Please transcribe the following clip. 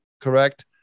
correct